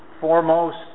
foremost